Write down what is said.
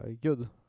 good